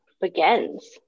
begins